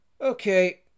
Okay